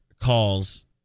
calls